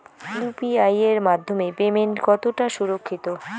UPI এর মাধ্যমে payment কতটা সুরক্ষিত?